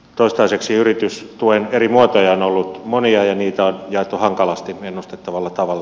toistaiseksi yritystuen eri muotoja on ollut monia ja niitä on jaettu hankalasti ennustettavalla tavalla